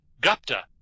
Gupta